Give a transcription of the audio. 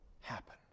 happen